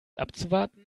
abzuwarten